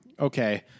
okay